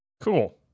Cool